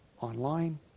online